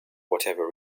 whatever